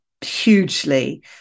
hugely